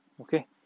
okay